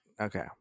Okay